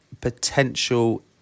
potential